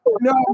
no